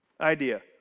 idea